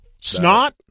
Snot